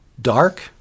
dark